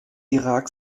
irak